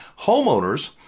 homeowners